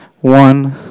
one